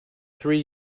three